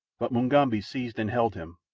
but mugambi seized and held him,